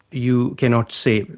you cannot see it,